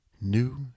New